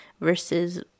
Versus